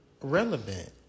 relevant